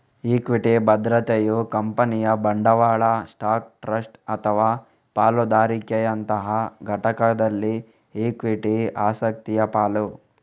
equity ಭದ್ರತೆಯು ಕಂಪನಿಯ ಬಂಡವಾಳ ಸ್ಟಾಕ್, ಟ್ರಸ್ಟ್ ಅಥವಾ ಪಾಲುದಾರಿಕೆಯಂತಹ ಘಟಕದಲ್ಲಿ ಇಕ್ವಿಟಿ ಆಸಕ್ತಿಯ ಪಾಲು